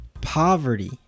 poverty